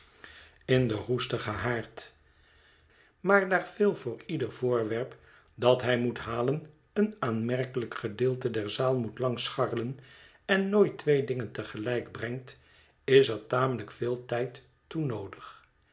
in den roestigen haard maar daar phil voor ieder voorwerp dat hij moet halen een aanmerkelijk gedeelte der zaal moet langs scharrelen en nooit twee dingen te gelijk brengt is er tamelijk veel tijd toe noodig